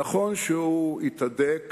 נכון שהוא התהדק